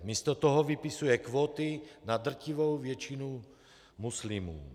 Místo toho vypisuje kvóty na drtivou většinu muslimů.